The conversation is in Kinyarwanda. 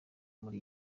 muri